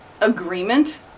agreement